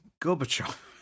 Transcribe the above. Gorbachev